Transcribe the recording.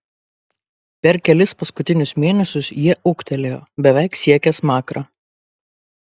per kelis paskutinius mėnesius jie ūgtelėjo beveik siekė smakrą